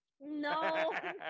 No